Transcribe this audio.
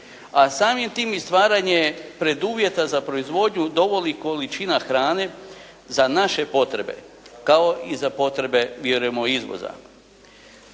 a samim tim i stvaranje preduvjeta za proizvodnju dovoljnih količina hrane za naše potrebe kao i za potrebe vjerujemo izvoza,